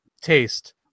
taste